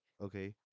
okay